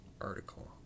article